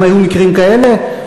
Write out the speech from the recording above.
גם היו מקרים כאלה.